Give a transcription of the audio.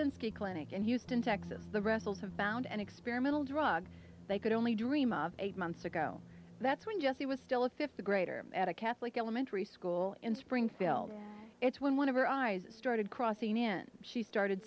nski clinic in houston texas the wrestlers have bound an experimental drug they could only dream of eight months ago that's when jessie was still a fifth grader at a catholic elementary school in springfield it's when one of her eyes started crossing in she started